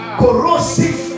corrosive